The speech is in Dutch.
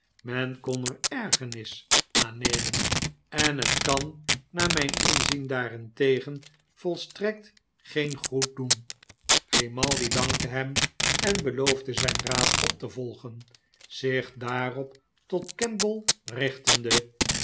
men kon er ergernis aan nemen en het kan naar mijn inzien daarentegen volstrekt geen goed doen grimaldi dankte hem en beloofde zijn raad op te volgen zich daarop tot kemble richtende